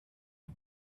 him